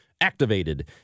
activated